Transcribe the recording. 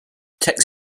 tex